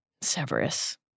Severus